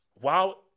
wow